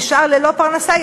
שנשאר ללא פרנסה,